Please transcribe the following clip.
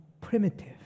primitive